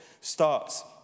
starts